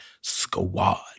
squad